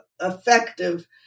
effective